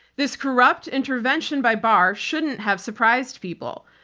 this corrupt intervention by barr shouldn't have surprised people.